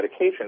medications